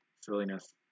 Silliness